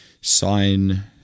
sign